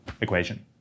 equation